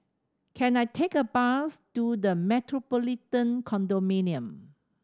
can I take a bus to The Metropolitan Condominium